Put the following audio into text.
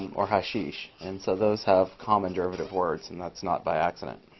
or hashish. and so those have common derivative words. and that's not by accident.